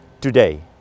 today